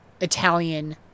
Italian